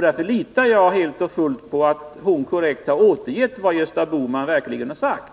Därför litar jag helt och fullt på att hon korrekt har återgett vad Gösta Bohman sagt.